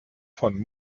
von